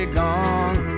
gone